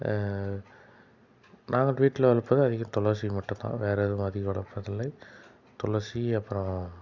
நாங்கள் வீட்டில் வளர்ப்பது அதிகம் துளசி மட்டும்தான் வேறு எதுவும் அதிகம் வளர்ப்பதில்லை துளசி அப்புறோம்